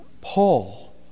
Paul